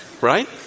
Right